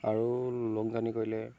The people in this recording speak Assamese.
আৰু লং জাৰ্ণি কৰিলে